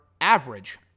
average